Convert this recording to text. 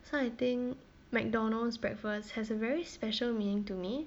so I think McDonald's breakfast has a very special meaning to me